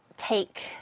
take